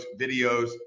videos